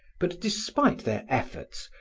but despite their efforts,